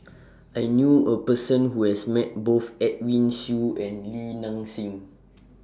I knew A Person Who has Met Both Edwin Siew and Li Nanxing